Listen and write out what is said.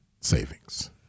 savings